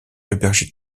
héberger